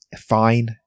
fine